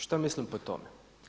Što mislim pod tome?